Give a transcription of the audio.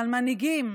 אבל מנהיגים,